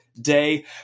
day